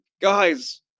guys